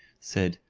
said,